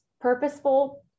purposeful